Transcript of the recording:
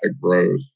growth